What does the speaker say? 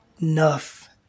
enough